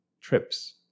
trips